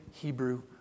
Hebrew